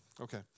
Okay